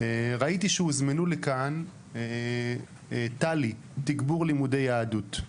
ראיתי שהוזמנו לכאן ת"לי, תגבור לימודי יהדות,